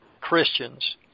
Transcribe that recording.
Christians